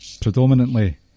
predominantly